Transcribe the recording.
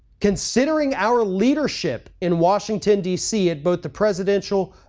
considering our leadership in washington, dc at both the presidential,